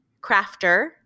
crafter